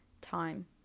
time